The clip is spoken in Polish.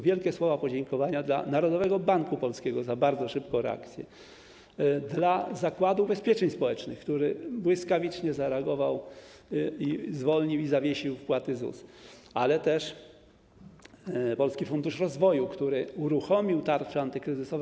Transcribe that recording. Wielkie słowa podziękowania dla Narodowego Banku Polskiego za bardzo szybką reakcję, dla Zakładu Ubezpieczeń Społecznych, który błyskawicznie zareagował i zwolnił, zawiesił wpłaty ZUS, ale też dla Polskiego Funduszu Rozwoju, który bardzo sprawnie uruchomił tarcze antykryzysowe.